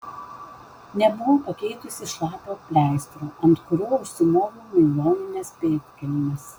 nebuvau pakeitusi šlapio pleistro ant kurio užsimoviau nailonines pėdkelnes